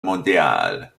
mondiale